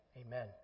Amen